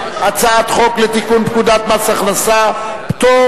הצעת חוק לתיקון פקודת מס הכנסה (פטור